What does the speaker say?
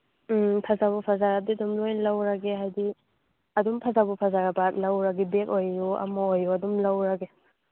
ꯎꯝ ꯐꯖꯕꯨ ꯐꯖꯔꯗꯤ ꯑꯗꯨꯝ ꯂꯣꯏꯅ ꯂꯧꯔꯒꯦ ꯍꯥꯏꯗꯤ ꯑꯗꯨꯝ ꯐꯖꯕꯨ ꯐꯖꯔꯕ ꯂꯧꯔꯒꯦ ꯕꯦꯛ ꯑꯣꯏꯌꯨ ꯑꯃ ꯑꯣꯏꯌꯨ ꯑꯗꯨꯝ ꯂꯧꯔꯒꯦ